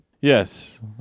Yes